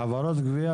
רעות אופק,